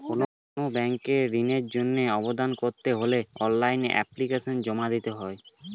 কোনো ব্যাংকে ঋণের জন্য আবেদন করতে হলে অনলাইনে এপ্লিকেশন জমা করতে হয়